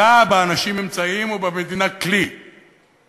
אלא באנשים אמצעים או במדינה כלי